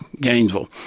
Gainesville